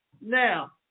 Now